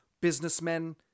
businessmen